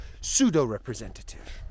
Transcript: pseudo-representative